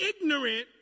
ignorant